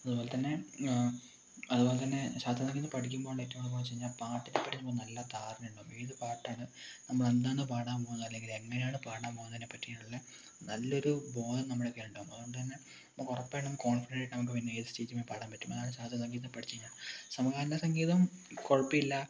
അതുപോലെത്തന്നെ അതുപോലെത്തന്നെ ശാസ്ത്രീയ സംഗിതം പഠിക്കുമ്പോഴുള്ള ഏറ്റവും നല്ല ഗുണംന്ന് വെച്ച് കഴിഞ്ഞാൽ പാട്ടിന് നല്ല ധാരണ ഉണ്ടാകും ഏത് പാട്ടാണ് നമ്മൾ എന്താണോ പാടാൻ പോകുന്നത് അല്ലെങ്കിൽ എങ്ങനെയാണ് പാടാൻ പോകുന്നതിതിനെ പറ്റിയുള്ള നല്ല ഒരു ബോധം നമ്മൾക്ക് ഉണ്ടാകും അതോണ്ട് തന്നെ ഇപ്പോൾ ഉറപ്പ് ആയിട്ടും കോൺഫിഡൻസ് ആയിട്ട് നമുക്ക് ഏത് സ്റ്റേജിൽ വേണോ പാടാൻ പറ്റും ഇതാണ് ശാസ്ത്രീയ സംഗിതം പഠിച്ച് കഴിഞ്ഞാൽ സാധാരണ സംഗിതം കുഴപ്പമില്ല